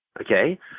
okay